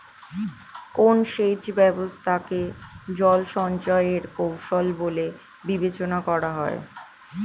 কোন সেচ ব্যবস্থা কে জল সঞ্চয় এর কৌশল বলে বিবেচনা করা হয়?